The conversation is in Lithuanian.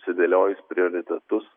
sudėliojus prioritetus